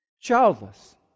childless